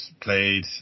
played